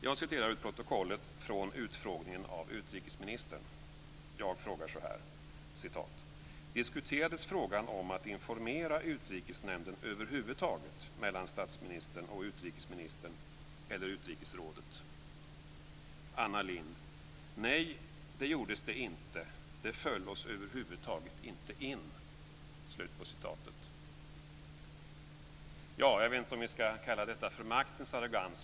Jag citerar ur protokollet från utfrågningen av utrikesministern: "Nils Fredrik Aurelius: Diskuterades frågan om att informera Utrikesnämnden över huvud taget mellan statsministern och utrikesministern eller utrikesrådet? Anna Lindh: Nej, det gjordes det inte. Det föll oss över huvud taget inte in." Jag vet inte om vi ska kalla det för maktens arrogans.